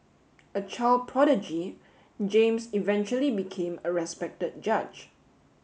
a child prodigy James eventually became a respected judge